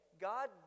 God